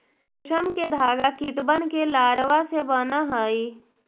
रेशम के धागा कीटबन के लारवा से बन हई